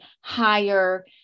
higher